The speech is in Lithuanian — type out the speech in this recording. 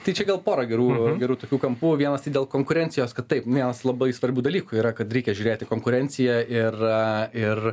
tai čia gal pora gerų gerų tokių kampų vienas tai dėl konkurencijos kad taip vienas labai svarbių dalykų yra kad reikia žiūrėti konkurenciją ir ir